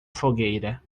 fogueira